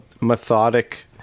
methodic